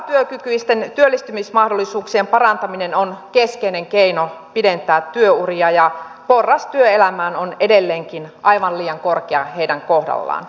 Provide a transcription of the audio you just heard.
osatyökykyisten työllistymismahdollisuuksien parantaminen on keskeinen keino pidentää työuria ja porras työelämään on edelleenkin aivan liian korkea heidän kohdallaan